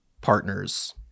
partners